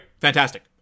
Fantastic